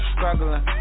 Struggling